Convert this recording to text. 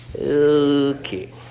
Okay